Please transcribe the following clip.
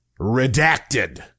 redacted